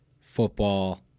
football